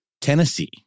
Tennessee